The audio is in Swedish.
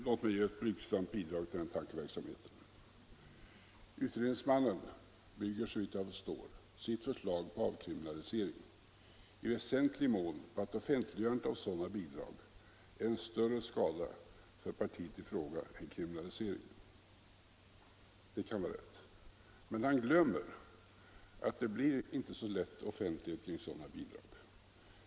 Låt mig ge ett blygsamt bidrag till den tankeverksamheten. Såvitt jag förstår bygger utredningsmannen sitt förslag om avkriminalisering i väsentlig mån på att offentliggörandet av sådana bidrag är till större skada för partiet än en kriminalisering. Det kan vara rätt. Men han glömmer då att det inte alltid blir offentlighet kring sådana bidrag.